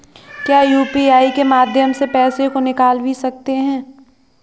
क्या यू.पी.आई के माध्यम से पैसे को निकाल भी सकते हैं?